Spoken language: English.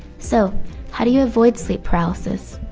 so how do you avoid sleep paralysis?